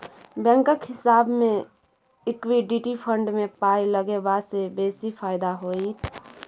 बैंकक हिसाबैं equity fund मे पाय लगेबासँ बेसी फायदा होइत